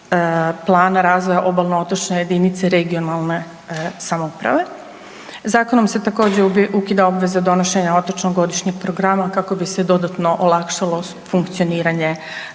plana razvoja obalno otočne jedinice regionalne samouprave. Zakonom se također ukida obveza donošenja otočnog godišnjeg programa kako bi se dodatno olakšalo funkcioniranje